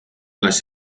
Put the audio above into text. las